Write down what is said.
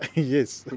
yes.